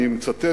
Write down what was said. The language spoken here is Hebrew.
אני מצטט,